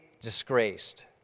disgraced